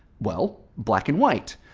well, black and white,